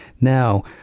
Now